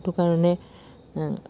সেইটো কাৰণে